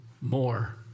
more